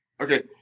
Okay